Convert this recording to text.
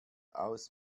aus